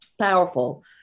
powerful